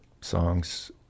songs